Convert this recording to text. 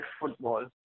football